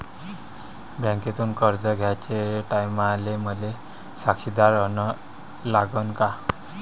बँकेतून कर्ज घ्याचे टायमाले मले साक्षीदार अन लागन का?